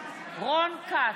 רון כץ,